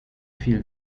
viel